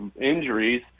injuries